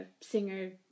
singer